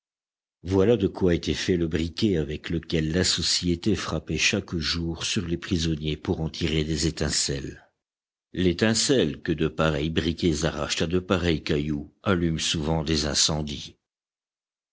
voilà de quoi était fait le briquet avec lequel la société frappait chaque jour sur les prisonniers pour en tirer des étincelles l'étincelle que de pareils briquets arrachent à de pareils cailloux allume souvent des incendies